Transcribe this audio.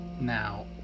Now